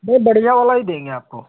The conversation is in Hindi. भैया बढ़िया वाला ही देंगे आपको